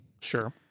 Sure